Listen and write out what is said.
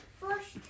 First